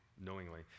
knowingly